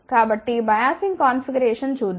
కాబట్టి biasing configuration చూద్దాం